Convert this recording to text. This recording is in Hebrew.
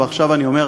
ועכשיו אני אומר: